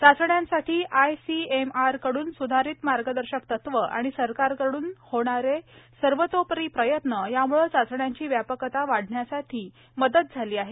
चाचण्यांसाठी आयसीएमआरकड्रन सुधारित मार्गदर्शक तत्वे आणि सरकारकड्रन होणारे सर्वतोपरी प्रयत्न यामुळे चाचण्यांची व्यापकता वाढण्यासाठी मदत झाली आहे